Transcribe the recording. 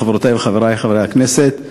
חברותי וחברי חברי הכנסת,